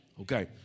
Okay